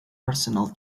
arsenal